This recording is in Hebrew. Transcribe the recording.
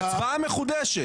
לא, הצבעה מחודשת.